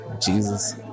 Jesus